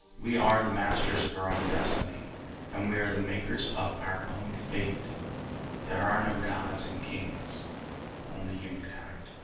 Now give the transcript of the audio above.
we are the masters of our own destiny and we are the makers of our own fate there are no gods and kings only humankind